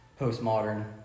postmodern